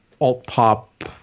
alt-pop